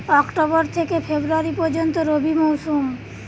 October থেকে February পর্যন্ত রবি মৌসুম